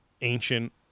ancient